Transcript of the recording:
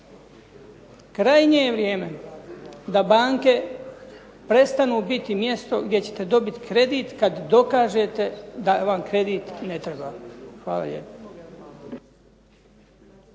Krajnje je vrijeme da banke prestanu biti mjesto gdje ćete dobiti kredit kad dokažete da vam kredit ne treba. Hvala lijepo.